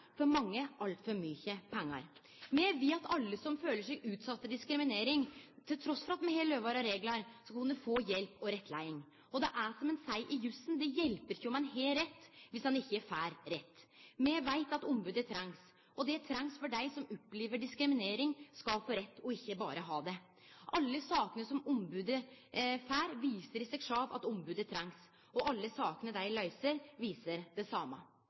for mange altfor mykje pengar. Me vil at alle som føler seg utsette for diskriminering til tross for at me har lover og reglar, skal kunne få hjelp og rettleiing. Det er som ein seier i jussen: Det hjelper ikkje om ein har rett, viss ein ikkje får rett. Vi veit at ombodet trengst. Det trengst for at dei som opplever diskriminering, skal få rett, og ikkje berre ha det. Alle sakene som ombodet får, viser i seg sjølve at ombodet trengst, og alle sakene dei løyser, viser det same.